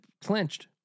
clinched